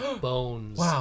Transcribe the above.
bones